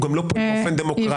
הוא גם לא פועל באופן דמוקרטי.